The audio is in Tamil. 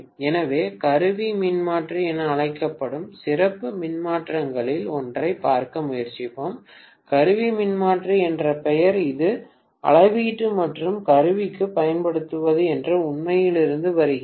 எனவே கருவி மின்மாற்றி என அழைக்கப்படும் சிறப்பு மின்மாற்றிகளில் ஒன்றைப் பார்க்க முயற்சிப்போம் கருவி மின்மாற்றி என்ற பெயர் இது அளவீட்டு மற்றும் கருவிக்கு பயன்படுத்தப்படுகிறது என்ற உண்மையிலிருந்து வருகிறது